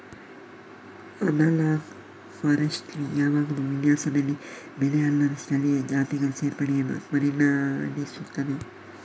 analogue forestry ಯಾವಾಗಲೂ ವಿನ್ಯಾಸದಲ್ಲಿ ಬೆಳೆ ಅಲ್ಲದ ಸ್ಥಳೀಯ ಜಾತಿಗಳ ಸೇರ್ಪಡೆಯನ್ನು ಪರಿಗಣಿಸುತ್ತದೆ